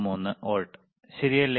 93 volt ശരിയല്ലേ